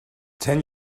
ten